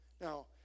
Now